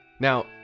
Now